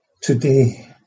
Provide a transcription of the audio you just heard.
Today